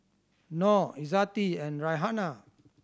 Nor Izzati and Raihana